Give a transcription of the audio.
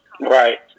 Right